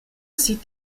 sieht